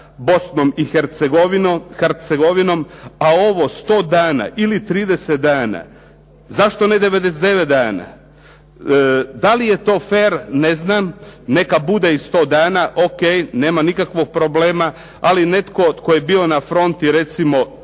Bosnom i Hercegovinom, a ovo sto dana ili trideset dana, zašto ne devedeset i devet dana. Da li je to fer, ne znam. Neka bude i sto dana, o.k. nema nikakvog problema. Ali netko tko je bio na fronti recimo